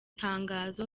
tangazo